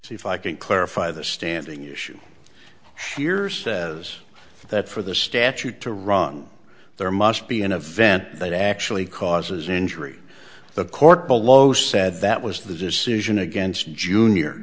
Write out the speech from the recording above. so if i can clarify the standing issue here's that for the statute to run there must be in a vent that actually causes an injury the court below said that was the decision against junior